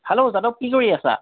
hello Yadav কি কৰি আছা